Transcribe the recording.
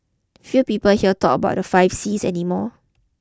few people here talk about the five Cs any more